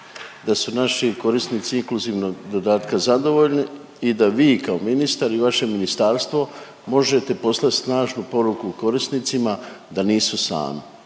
da su naši korisnici inkluzivnog dodatka zadovoljni i da vi kao ministar i vaše ministarstvo možete poslat snažnu poruku korisnicima da nisu sami.